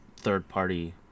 third-party